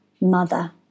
mother